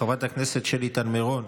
חברת הכנסת שלי טל מרון,